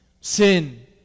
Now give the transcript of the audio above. sin